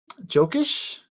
Jokish